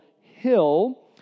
Hill